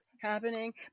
happening